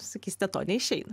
sakysite to neišeina